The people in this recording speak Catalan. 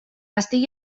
estigui